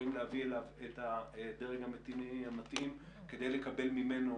יכולים להביא אליו את הדרג המדיני המתאים כדי לקבל ממנו